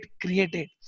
created